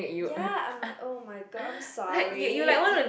ya I am like oh my god I am sorry